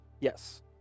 Yes